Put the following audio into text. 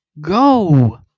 Go